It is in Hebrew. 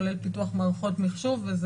כולל פיתוח מערכות מחשוב.